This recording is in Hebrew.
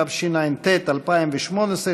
התשע"ט 2018,